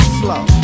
slow